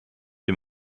dem